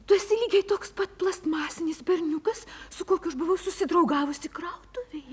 tu esi lygiai toks pat plastmasinis berniukas su kokiu aš buvau susidraugavusi krautuvėje